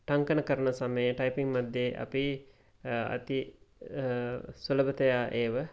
टङ्कणकरणसमये typing मध्ये अपि अति सुलभतया एव